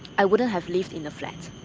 i wouldn't have lived in a flat.